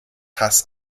hass